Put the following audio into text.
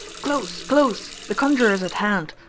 close, close! the conjurer is at hand,